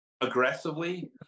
Aggressively